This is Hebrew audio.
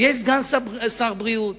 ויש סגן שר הבריאות